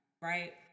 right